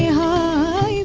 yeah da